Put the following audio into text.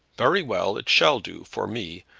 very well it shall do for me.